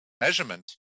measurement